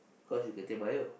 cause you can take bio